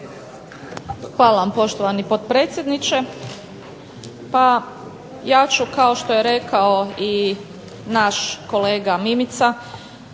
Hvala vam poštovani potpredsjedniče. Pa ja ću kao što je rekao i naš kolega Mimica